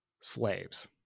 slaves